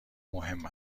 مهم